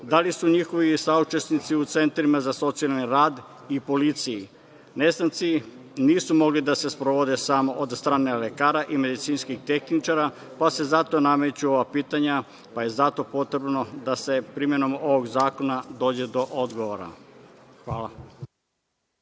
li su njihovi saučesnici u centrima za socijalni rad i policiji? Nestanci nisu mogli da se sprovode samo od strane lekara i medicinskih tehničara, pa se zato nameću ova pitanja, pa je zato potrebno da se primenom ovog zakona dođe do odgovora. Hvala.